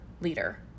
leader